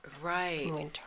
right